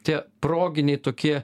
tie proginiai tokie